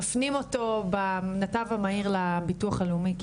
מפנים אותו בנתב המהיר לביטוח הלאומי,